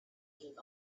gave